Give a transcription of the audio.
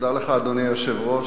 אדוני היושב-ראש,